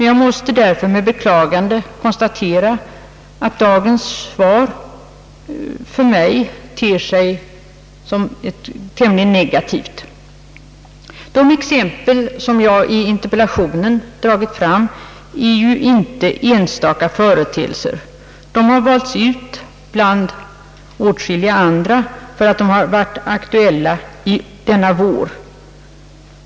Jag måste därför med beklagande konstatera att dagens svar blivit så negativt. De exempel som jag i interpellationen dragit fram är ju inte enstaka företeelser. De har valts ut bland många andra för att de har varit aktuella denna vår.